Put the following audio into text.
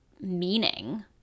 meaning